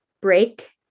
break